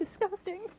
Disgusting